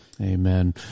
Amen